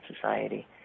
society